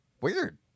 Weird